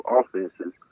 offenses